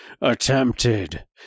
Attempted